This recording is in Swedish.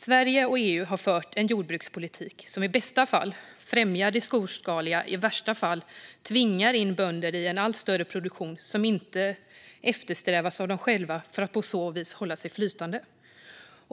Sverige och EU har fört en jordbrukspolitik som i bästa fall främjar det storskaliga. I värsta fall tvingar den in bönder i en allt större produktion, som inte eftersträvas av dem själva, för att de på så vis ska hålla sig flytande.